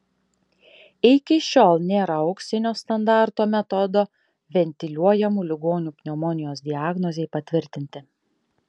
iki šiol nėra auksinio standarto metodo ventiliuojamų ligonių pneumonijos diagnozei patvirtinti